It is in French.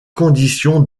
conditions